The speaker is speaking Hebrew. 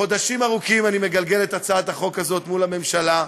חודשים ארוכים אני מגלגל את הצעת החוק הזאת מול הממשלה,